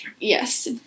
Yes